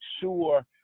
sure